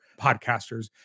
podcasters